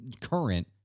current